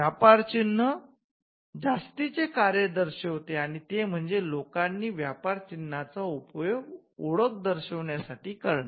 व्यापार चिन्ह जास्तीचे कार्य दर्शविते आणि ते म्हणजे लोकांनी व्यापार चिन्हाचा उपयोग ओळख दर्शविण्यासाठी करणे